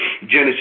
Genesis